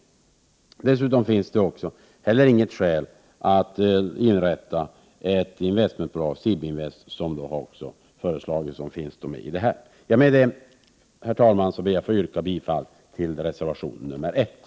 1988/89:126 Det finns heller inget skäl för att inrätta ett investmentbolag, SIB-Invest, 1 juni 1989 något som också ingår i regeringsförslaget. Med detta ber jag, herr talman, att få yrka bifall till reservation 1. SVS ver ner